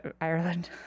Ireland